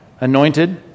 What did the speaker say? Anointed